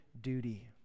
duty